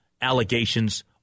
allegations